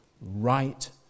right